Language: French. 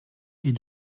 est